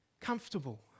comfortable